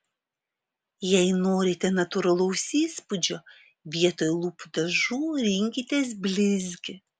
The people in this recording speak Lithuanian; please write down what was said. jei norite natūralaus įspūdžio vietoj lūpų dažų rinkitės blizgį